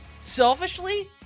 Selfishly